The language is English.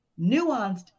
nuanced